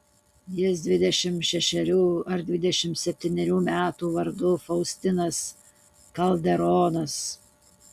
jis dvidešimt šešerių ar dvidešimt septynerių metų vardu faustinas kalderonas